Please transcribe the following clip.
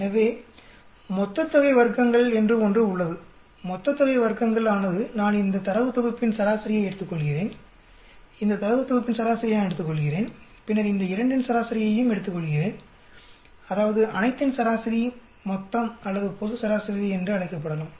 எனவே வர்க்கங்களின் மொத்த தொகை என்று ஒன்று உள்ளது வர்க்கங்களின் மொத்த தொகை ஆனது நான் இந்த தரவு தொகுப்பின் சராசரியை எடுத்துக்கொள்கிறேன் இந்த தரவு தொகுப்பின் சராசரியை நான் எடுத்துக்கொள்கிறேன் பின்னர் இந்த இரண்டின் சராசரியையும் எடுத்துக்கொள்கிறேன் அதாவது அனைத்தின் சராசரி மொத்தம் அல்லது பொது சராசரி என்று அழைக்கப்படலாம்